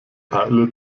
teile